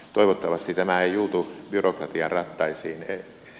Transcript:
toivottavasti tämä ei juutu byrokratian rattaisiin eussa